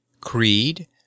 Creed